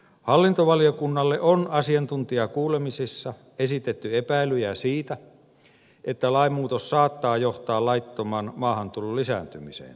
hallintovaliokunnalle on asiantuntijakuulemisissa esitetty epäilyjä siitä että lainmuutos saattaa johtaa laittoman maahantulon lisääntymiseen